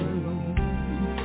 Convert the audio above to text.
alone